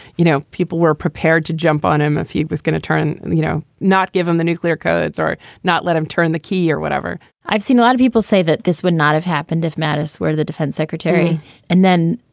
you know, people were prepared to jump on him if he was going to turn, you know, not give him the nuclear codes or not let him turn the key or whatever i've seen a lot of people say that this would not have happened if mattis where the defense secretary and then,